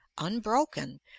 unbroken